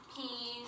peas